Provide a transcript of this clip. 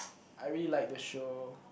I really like the show